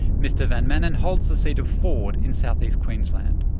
mr van manen holds the seat of forde in southeast queensland.